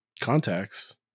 contacts